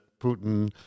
putin